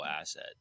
asset